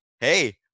hey